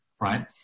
right